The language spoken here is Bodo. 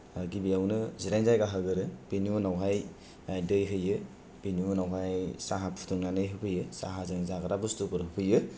गिबिआवनो जिरायनो जायगा होगोरो बिनि उनावहाय दै होयो बिनि उनावहाय साहा फुदुंनानै होफैयो साहाजों जाग्रा बुसथुफोर होफैयो